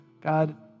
God